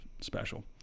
special